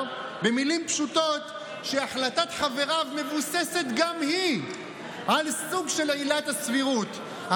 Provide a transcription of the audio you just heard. במילים פשוטות שהחלטת חבריו מבוססת גם היא על סוג של עילת הסבירות,